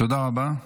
תודה רבה.